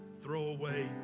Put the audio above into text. throwaway